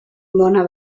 bona